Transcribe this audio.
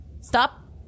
Stop